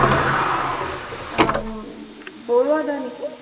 hello বৰুৱাদা নেকি